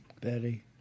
Betty